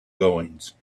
goings